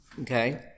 okay